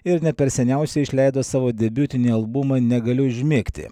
ir ne per seniausiai išleido savo debiutinį albumą negaliu užmigti